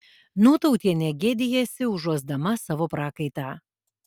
nūtautienė gėdijasi užuosdama savo prakaitą